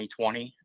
2020